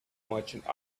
merchant